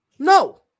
No